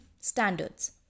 standards